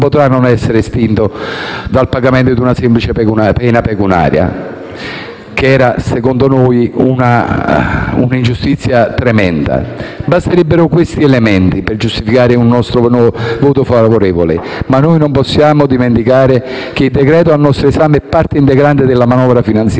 non potrà più essere estinto dal pagamento di una semplice pena pecuniaria, che era, secondo noi, un'ingiustizia tremenda. Basterebbero questi elementi per giustificare il nostro voto favorevole, ma non possiamo dimenticare che il decreto al nostro esame è parte integrante della manovra finanziaria